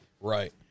Right